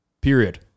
period